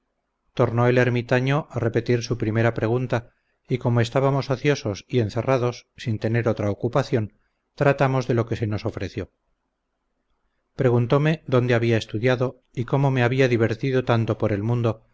tornó el ermitaño a repetir su primera pregunta y como estábamos ociosos y encerrados sin tener otra ocupación tratamos de lo que se nos ofreció preguntome dónde había estudiado y cómo me había divertido tanto por el mundo